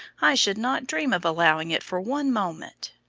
i should not dream of allowing it for one moment.